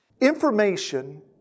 Information